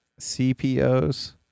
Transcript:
CPOs